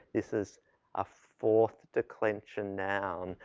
this is a fourth declensions noun.